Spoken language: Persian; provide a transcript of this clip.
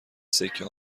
سکه